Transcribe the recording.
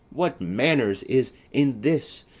what manners is in this,